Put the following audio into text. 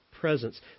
presence